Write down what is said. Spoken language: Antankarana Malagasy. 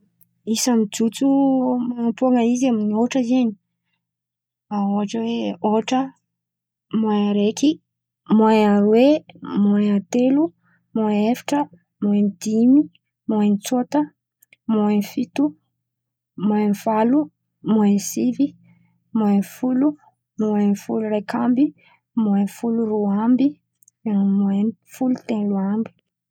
Isa mijotso man̈ampon̈o izy zen̈y ôhatra zen̈y ôhatra hoe ôhatra moin araiky, moin areo, moin telo, moin efatra, moin dimy, moin tsôta, moin fito, moin valo, moin sivy, moin folo, moin folo araiky amby, moin folo aroe amby, moin folo telo amby.